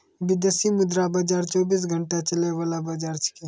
विदेशी मुद्रा बाजार चौबीस घंटा चलय वाला बाजार छेकै